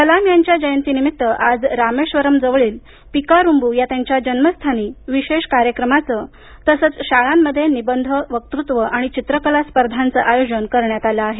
कलाम यांच्या जयंतीनिमित आज रामेश्वरम जवळील पीकारूम्बू या त्यांच्या जन्मस्थानी विशेष कार्यक्रमाचं तसंच शाळांमध्ये निबंध वक्तृत्व आणि चित्रकला स्पर्धाचं आयोजन करण्यात आलं आहे